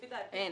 לפי דעתי,